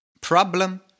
problem